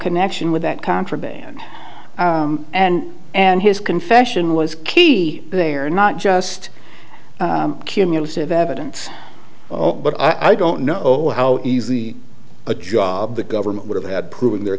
connection with that contraband and and his confession was key they are not just cumulative evidence but i don't know how easy a job the government would have had proving their